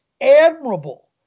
admirable